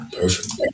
Perfect